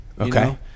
Okay